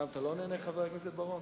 אתה לא נהנה, חבר הכנסת בר-און?